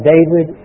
David